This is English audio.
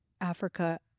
Africa